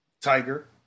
Tiger